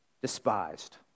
despised